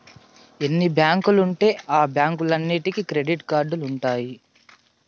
ఎన్ని బ్యాంకులు ఉంటే ఆ బ్యాంకులన్నీటికి క్రెడిట్ కార్డులు ఉంటాయి